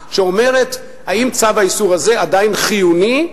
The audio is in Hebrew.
שאומרת: האם צו האיסור הזה עדיין חיוני,